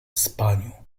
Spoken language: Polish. spaniu